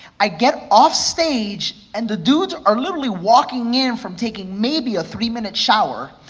i get offstage and the dudes are literally walking in from taking maybe a three minute shower,